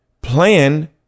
plan